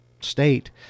state